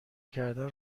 کردن